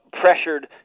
pressured